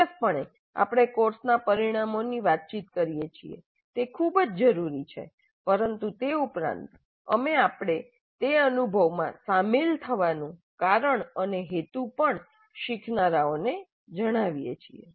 ચોક્કસપણે આપણે કોર્સના પરિણામોની વાતચીત કરીએ છીએ તે ખૂબ જ જરૂરી છે પરંતુ તે ઉપરાંત આપણે તે અનુભવમાં શામેલ થવાનું કારણ અને હેતુ પણ શીખનારાઓને જણાવીએ છીએ